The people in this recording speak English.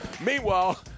Meanwhile